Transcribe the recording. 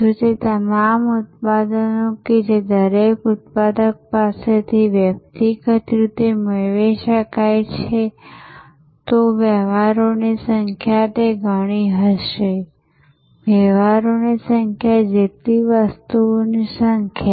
જો તે તમામ ઉત્પાદનો કે જે દરેક ઉત્પાદક પાસેથી વ્યક્તિગત રીતે મેળવી શકાય છે તો વ્યવહારોની સંખ્યા તે ઘણી હશે વ્યવહારોની સંખ્યા જેટલી વસ્તુઓની સંખ્યા